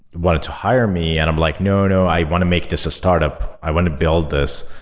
wanted to hire me and i'm like, no. no. i want to make this a startup. i want to build this.